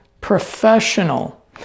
professional